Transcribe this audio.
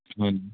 ਹਾਂਜੀ